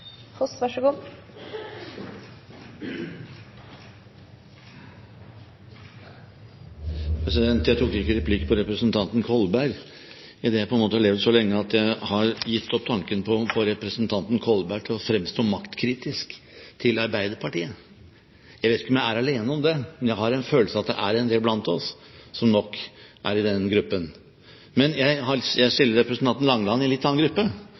Foss og Anundsen sitt opplegg har lukkast på sett og vis, men no treng me at det som føregår på Stortinget, blir skikkeleg, ryddig og Stortinget verdig. Det blir replikkordskifte. Jeg tok ikke replikk på representanten Kolberg fordi jeg har levd så lenge at jeg har gitt opp tanken på å få representanten Kolberg til å fremstå som maktkritisk til Arbeiderpartiet. Jeg vet ikke om jeg er alene om det, men jeg har en følelse av at det er en del blant